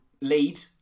lead